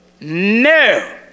No